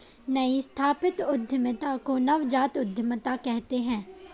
नई स्थापित उद्यमिता को नवजात उद्दमिता कहते हैं